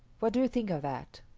what do you think of that?